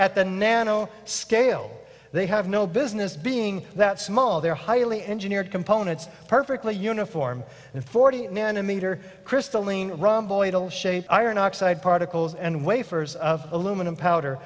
at the nano scale they have no business being that small they are highly engineered components perfectly uniform in forty nanometer crystalline rumble it'll shape iron oxide particles and wafers of aluminum powder